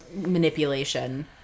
manipulation